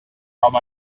com